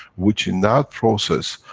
which in that process,